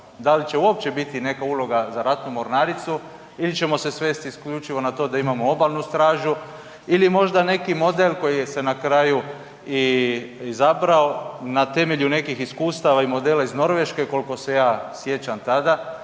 da li će uopće biti neka uloga za ratnu mornaricu ili ćemo se svesti isključivo na to da imamo obalnu stražu ili možda neki model koji se je na kraju i izabrao na temelju nekih iskustava i modela iz Norveške, kolko se ja sjećam tada